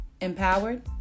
empowered